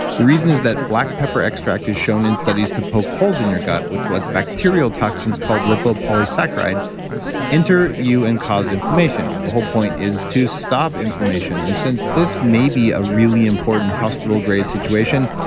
the reason is that black pepper extract is shown in studies to poke holes in your gut which lets bacterial toxins called lipopolysaccharide enter you, and cause inflammation the whole point is to stop inflammation, and since this may be a really important hospital grade situation,